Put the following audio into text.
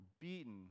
beaten